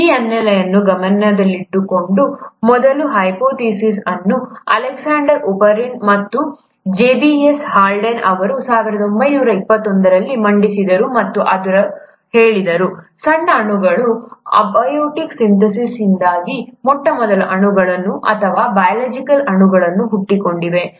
ಈ ಹಿನ್ನೆಲೆಯನ್ನು ಗಮನದಲ್ಲಿಟ್ಟುಕೊಂಡು ಮೊದಲ ಹೈಪೋಥಿಸಿಸ್ ಅನ್ನು ಅಲೆಕ್ಸಾಂಡರ್ ಒಪಾರಿನ್ ಮತ್ತು ಜೆಬಿಎಸ್ ಹಾಲ್ಡೆನ್ ಅವರು 1929 ರಲ್ಲಿ ಮಂಡಿಸಿದರು ಮತ್ತು ಅವರು ಹೇಳಿದರು ಸಣ್ಣ ಅಣುಗಳ ಅಬಯೋಟಿಕ್ ಸಿಂಥೆಸಿಸ್ಯಿಂದಾಗಿ ಮೊಟ್ಟಮೊದಲ ಅಣುಗಳು ಅಥವಾ ಬಯೋಲಾಜಿಕಲ್ ಅಣುಗಳು ಹುಟ್ಟಿಕೊಂಡಿವೆ